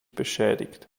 beschädigt